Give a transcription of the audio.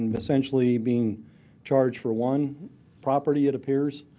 essentially, being charged for one property, it appears.